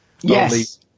Yes